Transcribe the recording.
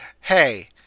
Hey